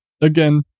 again